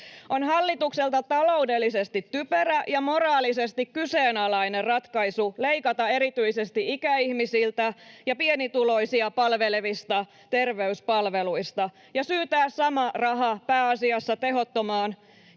On hallitukselta taloudellisesti typerä ja moraalisesti kyseenalainen ratkaisu leikata erityisesti ikäihmisiltä ja pienituloisia palvelevista terveyspalveluista ja syytää sama raha pääasiassa tehottomaan